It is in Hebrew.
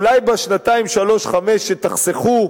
אולי בשנתיים-שלוש-חמש שתחסכו,